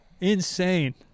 Insane